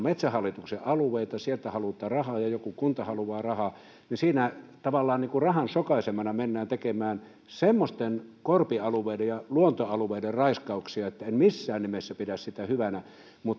metsähallituksen alueita sieltä halutaan rahaa kunta haluaa rahaa niin siinä tavallaan rahan sokaisemana mennään tekemään semmoisten korpialueiden ja luontoalueiden raiskauksia niin että en missään nimessä pidä sitä hyvänä